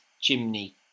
Chimney